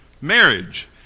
marriage